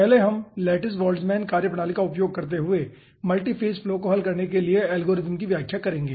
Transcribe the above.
पहले हम lattice Boltzmann कार्यप्रणाली का उपयोग करते हुए मल्टीफ़ेज़ फ्लो को हल करने के लिए एल्गोरिथ्म की व्याख्या करेंगे